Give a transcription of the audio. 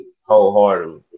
Wholeheartedly